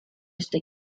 está